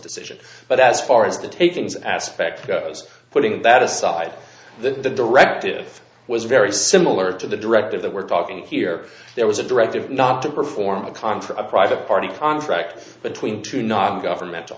decision but as far as the takings aspect putting that aside the directive was very similar to the directive that we're talking here there was a directive not to perform a concert of private party contract between two non governmental